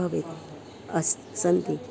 भवेत् अस् सन्ति